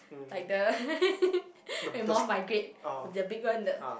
like the when moth migrate the the big one the